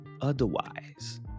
otherwise